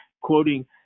quoting